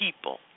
people